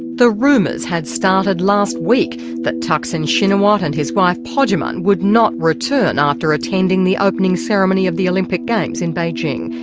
the rumours had started last week that thaksin shinawatra and his wife, pojaman would not return after attending the opening ceremony of the olympic games in beijing.